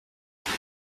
amwe